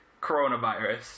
coronavirus